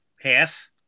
half